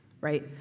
right